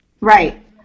Right